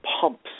pumps